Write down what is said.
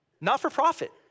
Not-for-profit